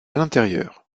l’intérieur